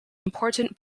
important